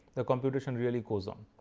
the computation really goes on.